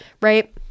right